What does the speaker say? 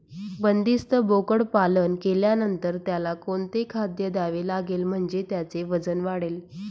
बंदिस्त बोकडपालन केल्यानंतर त्याला कोणते खाद्य द्यावे लागेल म्हणजे त्याचे वजन वाढेल?